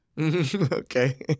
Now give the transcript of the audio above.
Okay